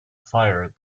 fire